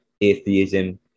Atheism